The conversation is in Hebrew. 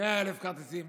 100,000 כרטיסים,